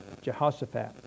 Jehoshaphat